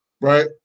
right